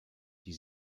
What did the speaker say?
die